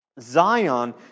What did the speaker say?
Zion